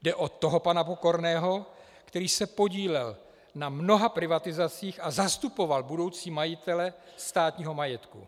Jde o toho pana Pokorného, který se podílel na mnoha privatizacích a zastupoval budoucí majitele státního majetku.